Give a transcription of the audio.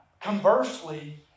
Conversely